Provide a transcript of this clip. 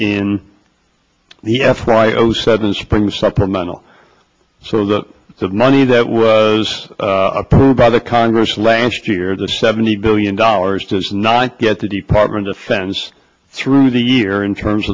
in the f b i owes seven spring the supplemental so that the money that was approved by the congress last year the seventy billion dollars does not get the department of defense through the year in terms